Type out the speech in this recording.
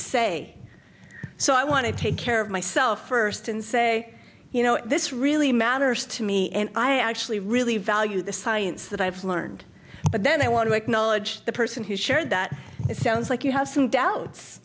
say so i want to take care of myself first and say you know this really matters to me and i actually really value the science that i've learned but then i want to acknowledge the person who shared that it sounds like you have some doubts